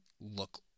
look